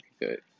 Good